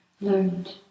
learned